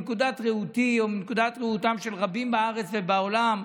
שמנקודת ראותי או מנקודת ראותם של רבים בארץ ובעולם,